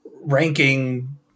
ranking